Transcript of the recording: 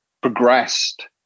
progressed